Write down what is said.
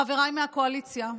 חבריי מהקואליציה,